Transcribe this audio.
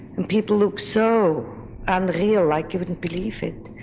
and people look so unreal like you wouldn't believe it.